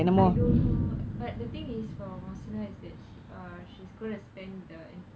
I don't know but the thing is for mosinah is that she's err she's gonna spend the